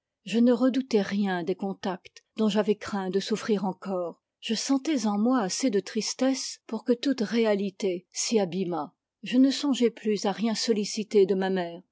je ne redoutais rien des contacts dont j'avais craint de souffrir encore je sentais en moi assez de tristesse pour que toute réalité s'y abîmât je ne songeais plus à rien solliciter de ma mère